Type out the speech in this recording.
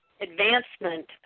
advancement